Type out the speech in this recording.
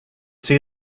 see